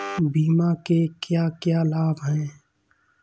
बीमा के क्या क्या लाभ हैं?